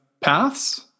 paths